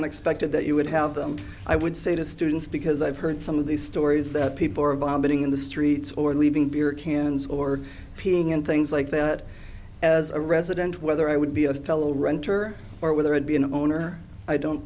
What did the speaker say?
unexpected that you would have them i would say to students because i've heard some of these stories that people are vomiting in the streets or leaving beer cans or peeing and things like that as a resident whether i would be a fellow renter or whether it be an owner i don't